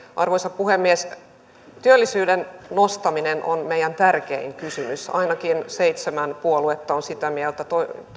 arvoisa puhemies työllisyyden nostaminen on meidän tärkein kysymyksemme ainakin seitsemän puoluetta on sitä mieltä